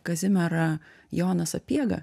kazimierą joną sapiegą